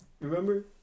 remember